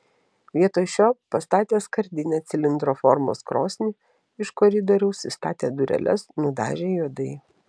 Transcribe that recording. vietoj šio pastatė skardinę cilindro formos krosnį iš koridoriaus įstatė dureles nudažė juodai